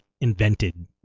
invented